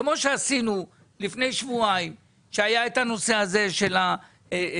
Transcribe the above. כמו שעשינו לפני שבועיים כשהיה את הנושא הזה של הקיצוץ,